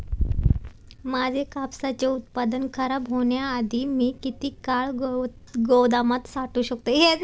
माझे कापसाचे उत्पादन खराब होण्याआधी मी किती काळ गोदामात साठवू शकतो?